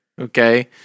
okay